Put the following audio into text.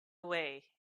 away